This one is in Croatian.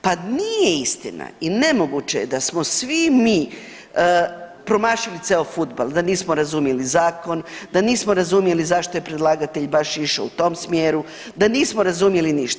Pa nije istina i nemoguće je da smo svi mi promašili „ceo fudbal“ da nismo razumjeli zakon, da nismo razumjeli zašto je predlagatelj baš išao u tom smjeru, da nismo razumjeli ništa.